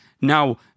Now